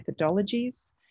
methodologies